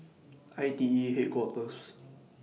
I T E Headquarters